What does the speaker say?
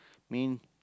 mean